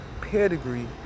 pedigree